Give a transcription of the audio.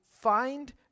find